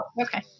okay